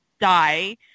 die